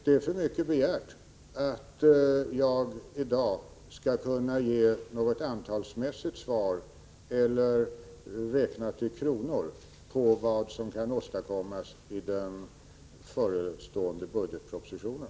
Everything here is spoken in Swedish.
Det är för mycket begärt att jag i dag skall kunna säga vilket antal kronor eller antal tekniker som kommer att anges i den förestående budgetpropositionen.